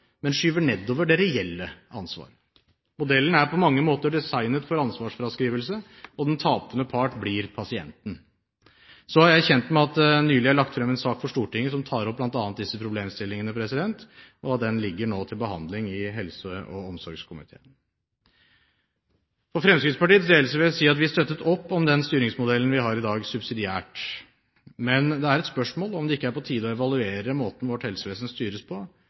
men skyver nedover det reelle ansvaret. Modellen er på mange måter designet for ansvarsfraskrivelse, og den tapende part blir pasienten. Jeg er kjent med at det nylig er lagt frem en sak for Stortinget som tar opp bl.a. disse problemstillingene, og den ligger nå til behandling i helse- og omsorgskomiteen. For Fremskrittspartiets del vil jeg vi at vi støttet opp om den styringsmodellen vi har i dag, subsidiært, men det er et spørsmål om det ikke er på tide å evaluere måten vårt helsevesen styres på,